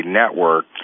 network